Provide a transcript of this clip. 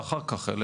הכללי,